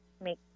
make